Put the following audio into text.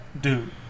dude